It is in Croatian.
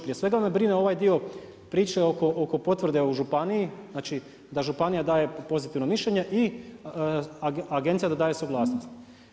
Prije svega me brine ovaj dio priče oko potvrde u županiji, da županija daje pozitivno mišljenje i agencija da daje suglasnost.